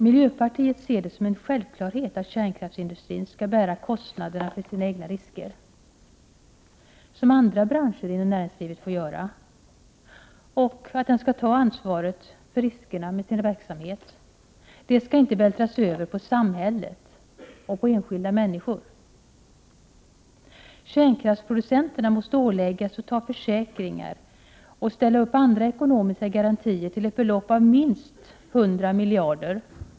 Miljöpartiet ser det som en självklarhet att kärnkraftsindustrin skall bära sina egna kostnader, som andra branscher inom näringslivet får göra, och att den skall ta ansvaret för riskerna med sin verksamhet. Det skall inte vältras över på samhället och på enskilda människor. Kärnkraftsproducenterna måste åläggas att ta försäkringar och ställa andra ekonomiska garantier till ett belopp av minst 100 miljarder.